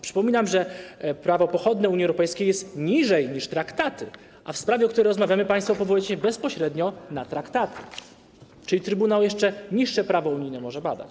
Przypominam, że prawo pochodne Unii Europejskiej jest niżej niż traktaty, a w sprawie, o której rozmawiamy, państwo powołujecie się bezpośrednio na traktaty, czyli trybunał jeszcze niższe prawo unijne może badać.